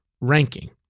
ranking